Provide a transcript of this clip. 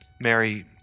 Mary